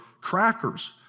crackers